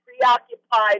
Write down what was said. preoccupied